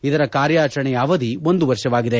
ಇದರ ಕಾರ್ಯಾಚರಣೆಯ ಅವಧಿ ಒಂದು ವರ್ಷವಾಗಿದೆ